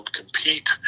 compete